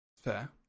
Fair